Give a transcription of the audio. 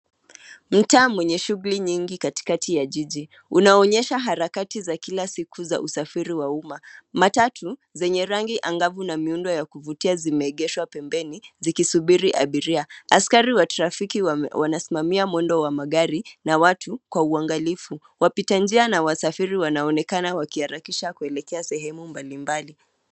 Mtaa mwenye shughuli nyingi katikati ya jiji, unaonyesha harakati za kila siku za usafiri wa umma. Matatu, zenye rangi angavu na miundo ya kuvutia zimeegeshwa pembeni zikisubiri abiria. Askari wa trafiki wanasimamia mwendo wa magari na watu kwa uangalifu. Wapita njia na wasafiri wanaonekana wakiharakisha kuelekea sehemu mbali mbali.